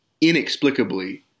inexplicably